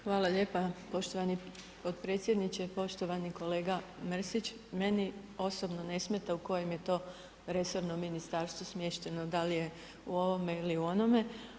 Hvala lijepo poštovani potpredsjedniče, poštovani kolega Mrsić, meni osobno ne smeta u kojem je to resornu ministarstvu smješteno, da li je u onome ili onome.